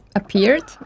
appeared